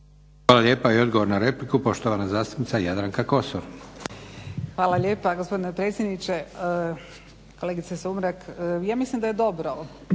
Hvala lijepa. I odgovor na repliku, poštovana zastupnica Jadranka Kosor. **Kosor, Jadranka (HDZ)** Hvala lijepa gospodine predsjedniče. Kolegice Sumrak ja mislim da je dobro